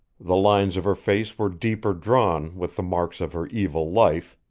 the lines of her face were deeper drawn with the marks of her evil life,